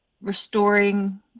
restoring